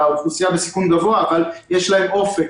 האוכלוסייה בסיכון גבוה אבל יש להם אופק,